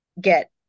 get